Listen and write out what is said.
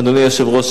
אדוני היושב-ראש,